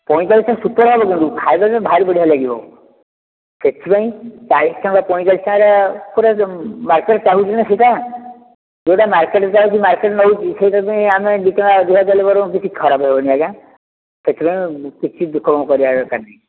ପଇଁଚାଳିଶ ଟଙ୍କାର ସୁପର୍ ଖାଇଲେ ଭାରି ବଢ଼ିଆ ଲାଗିବ ସେଇଥିପାଇଁ ଚାଳିଶ ଟଙ୍କା ପଇଁଚାଳିଶ ଟଙ୍କାରେ ପୂରା ଯୋଉ ମାର୍କେଟ୍ ଚାହୁଁଛି ନା ସେଟା ଯେଉଁଟା ମାର୍କେଟ୍ ଚାହୁଁଛି ମାର୍କେଟ୍ ନେଉଛି ସେଇଟା ପାଇଁ ଆମେ ଦୁଇ ଟଙ୍କା ଅଧିକା ଦେଲେ ବରଂ କିଛି ଖରାପ ହେବନି ଆଜ୍ଞା ସେଇଥିପାଇଁ କିଛି ଦୁଃଖ କରିବା ଦରକାର ନାହିଁ